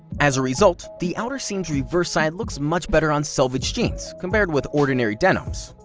as a result, the outer seam's reverse side looks much better on selvedge jeans compared with ordinary denims.